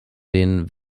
den